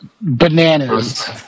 Bananas